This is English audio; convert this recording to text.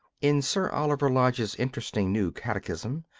in sir oliver lodge's interesting new catechism,